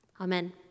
Amen